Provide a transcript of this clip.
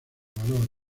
valor